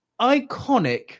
iconic